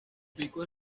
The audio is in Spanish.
pico